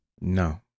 No